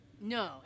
No